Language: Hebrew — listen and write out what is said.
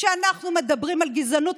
כשאנחנו מדברים על גזענות?